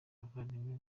abavandimwe